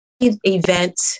event